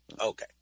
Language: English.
Okay